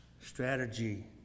Strategy